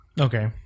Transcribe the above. okay